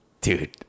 dude